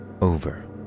over